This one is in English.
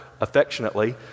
affectionately